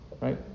right